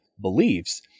beliefs